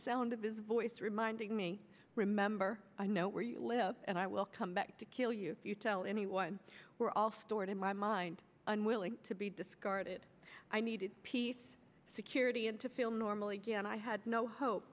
sound of his voice reminding me remember i know where you live and i will come back to kill you if you tell anyone we're all stored in my mind unwilling to be discarded i needed peace security and to feel normal again i had no hope